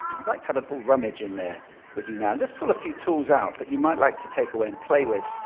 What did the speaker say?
i'd like to have a little rummage in there with you now and just pull a few tools out that you might like to take away and play with,